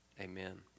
amen